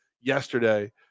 yesterday